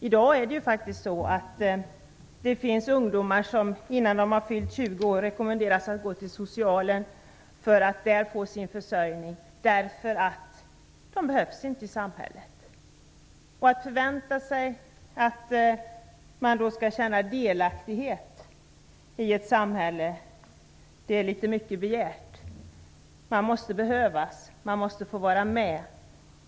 I dag finns det faktiskt ungdomar som innan de har fyllt 20 år rekommenderas att gå till socialen för att få sin försörjning därför att de inte behövs i samhället. Att förvänta sig att de då skall känna delaktighet i vårt samhälle är att begära mycket. Man måste behövas, man måste få vara med.